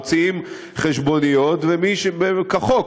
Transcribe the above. מוציאים חשבוניות כחוק.